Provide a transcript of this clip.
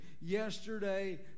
yesterday